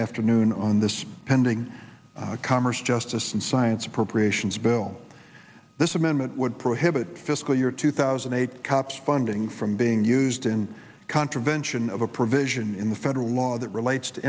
afternoon on this pending commerce justice and science appropriations bill this amendment would prohibit fiscal year two thousand and eight cops funding from being used in contravention of a provision in the federal law that relates to